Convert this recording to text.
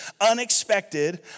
Unexpected